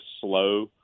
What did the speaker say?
slow